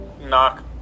knock